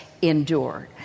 endured